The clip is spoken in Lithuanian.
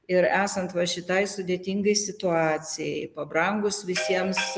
ir esant va šitai sudėtingai situacijai pabrangus visiems